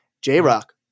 J-Rock